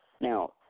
Now